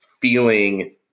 feeling